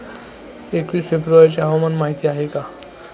एकवीस फेब्रुवारीची हवामान माहिती आहे का?